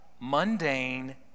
mundane